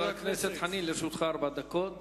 חבר הכנסת חנין, לרשותך ארבע דקות.